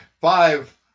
Five